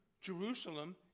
Jerusalem